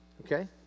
Okay